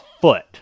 foot